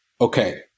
okay